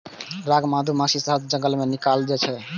rock मधुमाछी के शहद जंगल सं निकालल जाइ छै